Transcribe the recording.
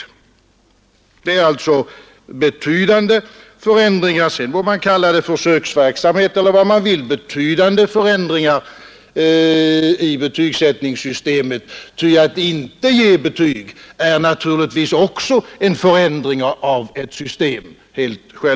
Det är alltsa betydande förändringar i betygssättningssystemet. Sedan må man kalla det försöksverksamhet eller vad man vill. Ty att inte ge betyg är helt självklart också en förändring av ett system.